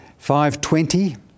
5.20